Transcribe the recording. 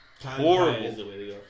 Horrible